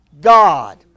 God